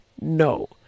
No